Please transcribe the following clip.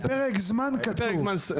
בפרק זמן קצוב.